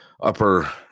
upper